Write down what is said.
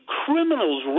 criminals